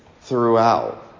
throughout